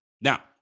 Now